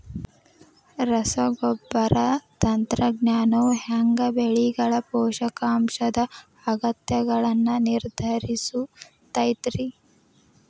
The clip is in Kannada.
ರಸಗೊಬ್ಬರ ತಂತ್ರಜ್ಞಾನವು ಹ್ಯಾಂಗ ಬೆಳೆಗಳ ಪೋಷಕಾಂಶದ ಅಗತ್ಯಗಳನ್ನ ನಿರ್ಧರಿಸುತೈತ್ರಿ?